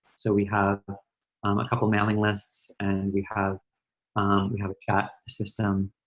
so we have a couple mailing lists and we have we have chat system.